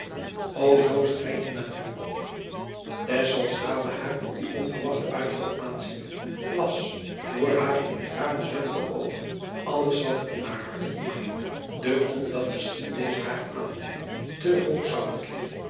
o zoo spreekt de natuur haar op dien onverwachten uitval aanziende las door hare in tranen zwemmende oogen alles wat er in haar hart omging uchtende dat misschien deze hare aandoeningen te hoog zouden klimmen